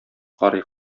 карый